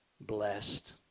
blessed